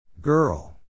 Girl